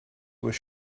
were